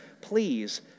please